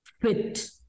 fit